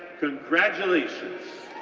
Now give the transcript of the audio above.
congratulations!